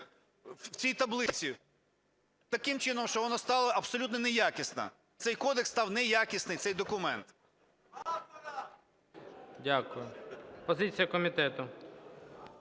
в цій таблиці таким чином, що вона стала абсолютно неякісна, цей кодекс став неякісний, цей документ? ГОЛОВУЮЧИЙ. Дякую. Позиція комітету.